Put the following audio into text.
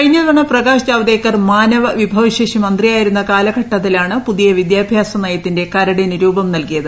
കഴിഞ്ഞ തവണ പ്രകാശ് ജാവദേക്കർ മാനവവിഭവ ശേഷി മന്ത്രിയായിരുന്ന കാലഘട്ടത്തിലാണ് പുതിയ വിദ്യാഭ്യാസ നയത്തിന്റെ കരടിന് രൂപം നൽകിയത്